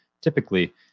typically